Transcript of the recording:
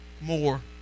more